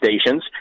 stations